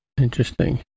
Interesting